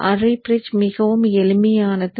அரை பிரிட்ஜ் மிகவும் எளிமையானது